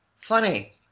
funny